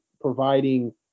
providing